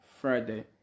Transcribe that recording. Friday